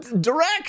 direct